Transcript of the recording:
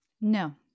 no